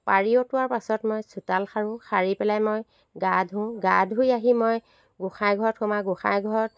পাৰি অতোৱাৰ পাছত মই চোতাল সাৰো সাৰি পেলাই মই গা ধোওঁ গা ধুই আহি মই গোঁসাই ঘৰত সোমাওঁ গোঁসাই ঘৰত